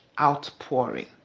outpouring